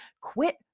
quit